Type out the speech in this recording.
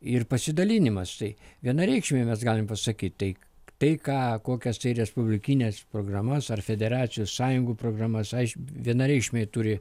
ir pasidalinimas tai vienareikšmiai mes galime pasakyt tai tai ką kokias respublikines programas ar federacijų sąjungų programas aš vienareikšmiai turi